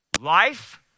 Life